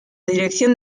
dirección